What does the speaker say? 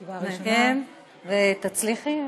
ותצליחי,